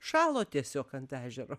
šalo tiesiog ant ežero